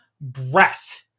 breath